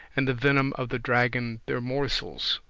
and the venom of the dragon their morsels.